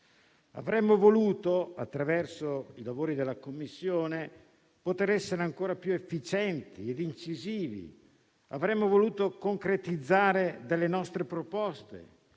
Avremmo voluto - attraverso i lavori della Commissione - poter essere ancora più efficienti e incisivi. Avremmo voluto concretizzare nostre proposte